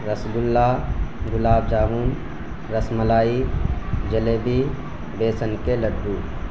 رس گلہ گلاب جامن رس ملائی جلیبی بیسن کے لڈو